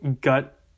gut